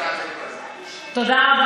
אני